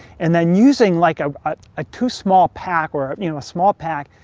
and then using like ah ah a too small pack, or you know a small pack.